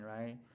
right